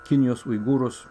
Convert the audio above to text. kinijos uigūrus